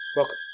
Welcome